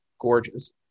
Gorgeous